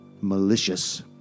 malicious